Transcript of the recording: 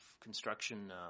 Construction